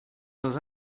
dans